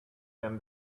them